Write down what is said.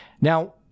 now